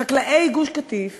חקלאי גוש-קטיף